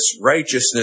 righteousness